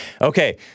Okay